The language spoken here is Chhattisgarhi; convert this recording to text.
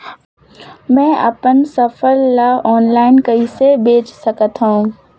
मैं अपन फसल ल ऑनलाइन कइसे बेच सकथव?